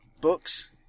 books